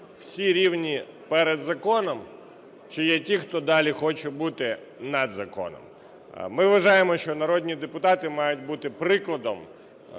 всі рівні перед законом, чи є ті, хто далі хоче бути над законом. Ми вважаємо, що народні депутати мають бути прикладом,